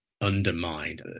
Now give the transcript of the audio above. undermined